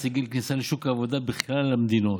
לגיל הכניסה לשוק העבודה בכלל המדינות,